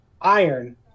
iron